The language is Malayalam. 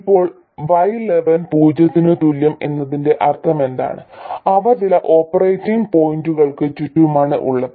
ഇപ്പോൾ y11 പൂജ്യത്തിന് തുല്യം എന്നതിന്റെ അർത്ഥമെന്താണ് ഇവ ചില ഓപ്പറേറ്റിംഗ് പോയിന്റുകൾക്ക് ചുറ്റുമാണ് ഉള്ളത്